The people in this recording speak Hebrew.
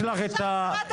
יש לך את ההפקה,